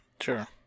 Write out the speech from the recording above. Sure